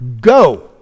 go